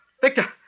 Victor